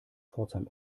pforzheim